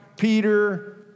Peter